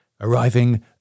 arriving